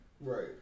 Right